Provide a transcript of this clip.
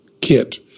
kit